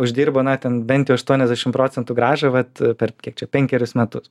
uždirbo na ten bent jau aštuoniasdešimt procentų grąžą vat per kiek čia penkerius metus